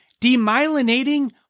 Demyelinating